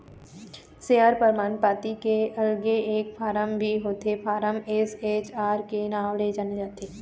share परमान पाती के अलगे एक फारम भी होथे फारम एस.एच चार के नांव ले जाने जाथे